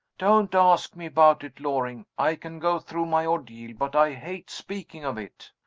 don't ask me about it, loring! i can go through my ordeal but i hate speaking of it.